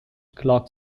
clock